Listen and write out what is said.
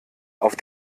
auf